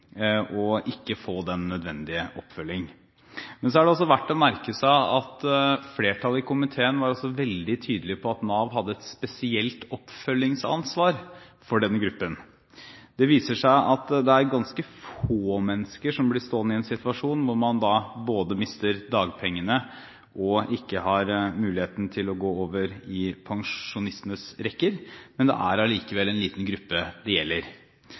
så er det også verdt å merke seg at flertallet i komiteen var veldig tydelig på at Nav hadde et spesielt oppfølgingsansvar for denne gruppen. Det viser seg at det er ganske få mennesker som blir stående i en situasjon hvor man både mister dagpengene og ikke har muligheten til å gå over i pensjonistenes rekker, men det er allikevel en liten gruppe det gjelder.